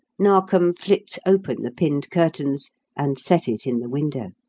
narkom flicked open the pinned curtains and set it in the window.